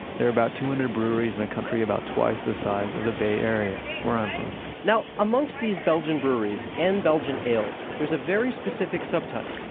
there are about two hundred breweries in a country about twice the size of the bay area where i'm from now, amongst these belgian breweries and belgian ales there's a very specific sub-type,